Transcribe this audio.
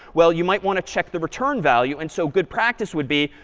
well, you might want to check the return value. and so good practice would be,